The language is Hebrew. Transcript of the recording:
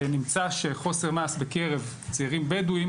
נמצא שחוסר מעש בקרב צעירים בדואים,